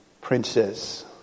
princes